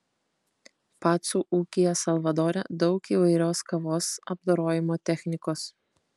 pacų ūkyje salvadore daug įvairios kavos apdorojimo technikos